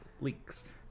leaks